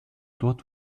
dort